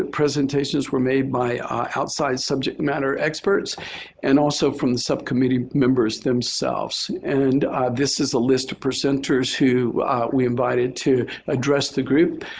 ah presentations were made by outside subject matter experts and also from the subcommittee members themselves. and this is a list of presenters who we invited to address the group.